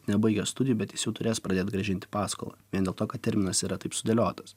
nebaigęs studijų bet jis jau turės pradėti grąžinti paskolą vien dėl to kad terminas yra taip sudėliotas